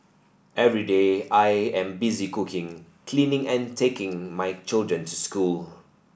every day I am busy cooking cleaning and taking my children to school